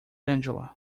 angela